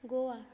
Goa